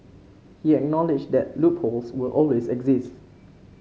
he acknowledged that loopholes will always exist